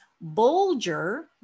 Bulger